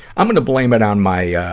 i'm gonna blame it on my, ah,